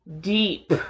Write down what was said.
deep